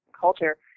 culture